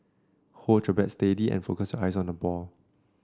hold your bat steady and focus your eyes on the ball